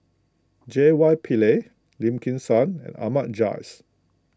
J Y Pillay Lim Kim San and Ahmad Jais